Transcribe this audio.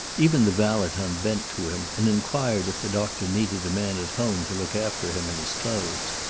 even the valet unbent to him, and inquired if the doctor needed a man at home to look after him and his clothes.